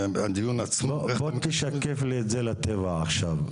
בוא תשקף לי את זה לטבע עכשיו.